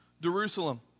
Jerusalem